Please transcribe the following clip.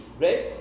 right